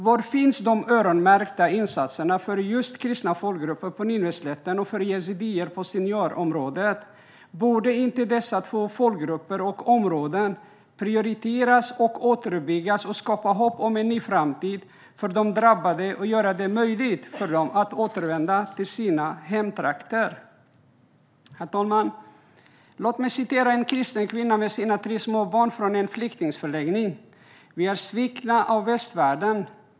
Var finns de öronmärkta insatserna för just kristna folkgrupper på Nineveslätten och för yazidier i Sinjarområdet? Borde inte dessa två folkgrupper och områden prioriteras och återuppbyggas för att skapa hopp om en ny framtid för de drabbade och göra det möjligt för dem att återvända till sina hemtrakter? Herr talman! Låt mig återge vad en kristen kvinna med tre små barn på en flyktingförläggning sa: Vi är svikna av västvärlden.